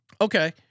Okay